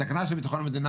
סכנה של ביטחון המדינה,